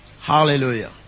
Hallelujah